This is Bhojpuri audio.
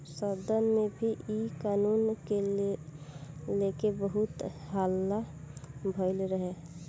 सदन में भी इ कानून के लेके बहुत हल्ला भईल रहे